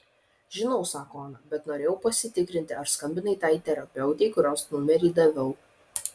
žinau sako ana bet norėjau pasitikrinti ar skambinai tai terapeutei kurios numerį daviau